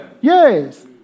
Yes